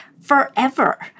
forever